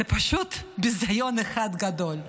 זה פשוט ביזיון אחד גדול.